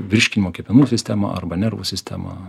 virškinimo kepenų sistemą arba nervų sistemą